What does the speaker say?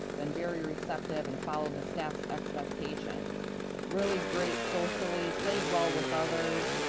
been very receptive, and followed the staff's expectations really great socially, plays well with others,